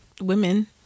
women